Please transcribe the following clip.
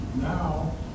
Now